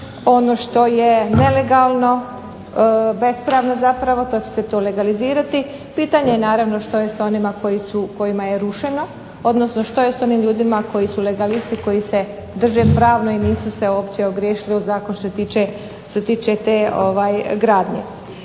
ono što je nelegalno, bespravno zapravo to će se legalizirati. Pitanje je naravno što je s onima kojima je rušeno, odnosno što je s onim ljudima koji su legalisti, koji se drže pravno i nisu se uopće ogriješili o zakon što se tiče te gradnje.